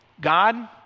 God